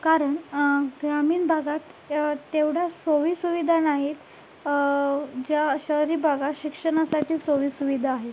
कारण ग्रामीण भागात य तेवढा सोईसुविधा नाहीत ज्या शहरी भागात शिक्षणासाठी सोईसुविधा आहेत